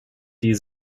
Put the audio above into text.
die